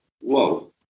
Whoa